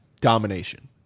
domination